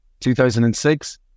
2006